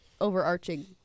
overarching